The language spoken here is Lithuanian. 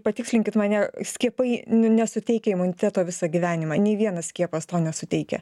patikslinkit mane skiepai nesuteikia imuniteto visą gyvenimą nei vienas skiepas to nesuteikia